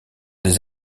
des